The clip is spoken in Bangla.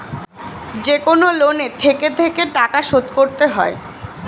যেকনো লোনে থেকে থেকে টাকা শোধ করতে হয়